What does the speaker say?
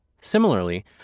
Similarly